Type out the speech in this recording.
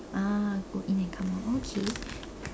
ah go in and come out okay